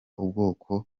ubwoko